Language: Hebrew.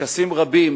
טקסים רבים